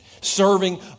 serving